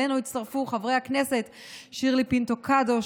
אלינו הצטרפו חברי הכנסת שירלי פינטו קדוש,